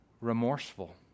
remorseful